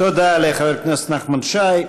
תודה לחבר הכנסת נחמן שי.